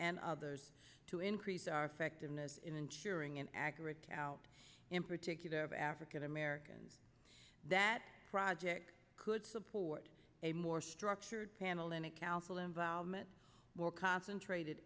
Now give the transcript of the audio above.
and others to increase our effect and as in ensuring an accurate out in particular of african americans that project could support a more structured panel and a council involvement more concentrated